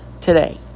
today